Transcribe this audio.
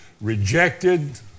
rejected